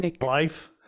Life